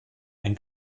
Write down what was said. ein